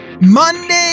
Monday